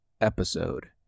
episode